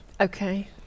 Okay